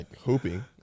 hooping